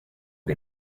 que